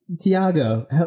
Tiago